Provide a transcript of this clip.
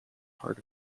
heart